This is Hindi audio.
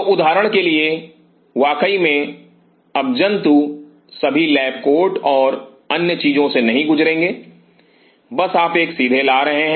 तो उदाहरण के लिए तो वाकई में अब जंतु सभी लैब कोट और अन्य चीजों से नहीं गुजरेंगे बस आप एक सीधे ला रहे हैं